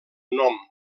nom